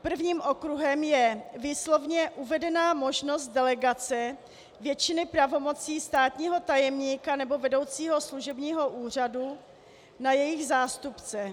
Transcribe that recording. Prvním okruhem je výslovně uvedená možnost delegace většiny pravomocí státního tajemníka nebo vedoucího služebního úřadu na jejich zástupce.